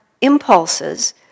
impulses